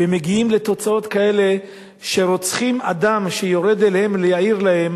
ומגיעים לתוצאות כאלה שרוצחים אדם שיורד אליהם להעיר להם